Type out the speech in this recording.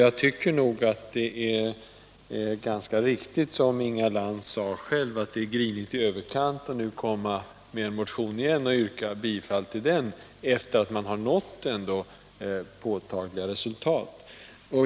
Jag tycker nog att det är ganska riktigt som Inga Lantz sade — att det är grinigt i överkant att komma med en motion igen och yrka bifall till den, sedan man ändå nått påtagliga resultat.